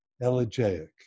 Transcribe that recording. Elegiac